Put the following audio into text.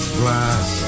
glass